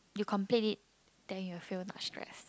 you complete it then you feel not stress